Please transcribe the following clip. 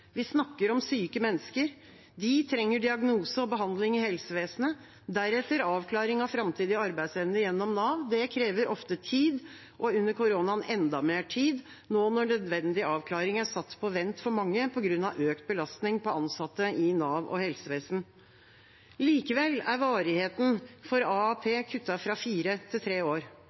Vi snakker om syke mennesker. De trenger diagnose og behandling i helsevesenet, deretter avklaring av framtidig arbeidsevne gjennom Nav. Det krever ofte tid, og under koronaen enda mer tid, nå når nødvendig avklaring er satt på vent for mange på grunn av økt belastning på ansatte i Nav og helsevesen. Likevel er varigheten for AAP kuttet fra fire til tre år.